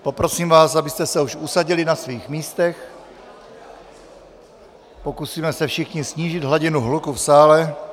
Poprosím vás, abyste se už usadili na svých místech, pokusíme se všichni snížit hladinu hluku v sále.